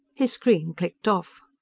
his screen clicked off.